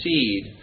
seed